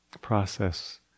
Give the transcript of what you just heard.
process